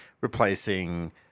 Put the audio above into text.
replacing